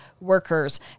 workers